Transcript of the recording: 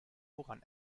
woran